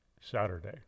Saturday